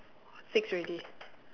four six already